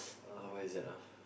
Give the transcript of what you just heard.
uh what is that ah